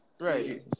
Right